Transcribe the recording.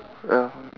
(uh huh)